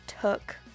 took